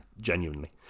genuinely